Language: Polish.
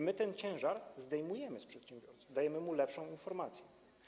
My ten ciężar zdejmujemy z przedsiębiorcy, dajemy mu lepszą informację.